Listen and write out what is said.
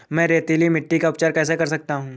मैं रेतीली मिट्टी का उपचार कैसे कर सकता हूँ?